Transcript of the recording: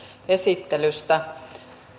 esittelystä